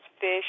fish